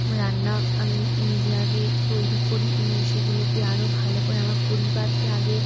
রান্না আমি নিজে আগে তৈরি করি এবং সেগুলোকে আরও ভালো করে আমার পরিবারকে আগে